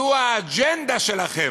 זו האג'נדה שלכם.